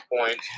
point